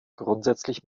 grundsätzlich